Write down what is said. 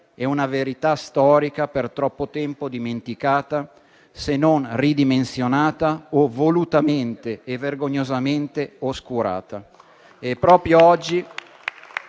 e una verità storica per troppo tempo dimenticata, se non ridimensionata o volutamente e vergognosamente oscurata.